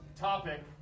topic